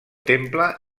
temple